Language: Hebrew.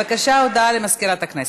בבקשה, הודעה למזכירת הכנסת.